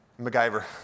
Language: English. MacGyver